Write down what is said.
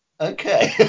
Okay